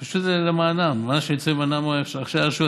פשוט, זה למענם, מה שיצא למענם מראשי הרשויות.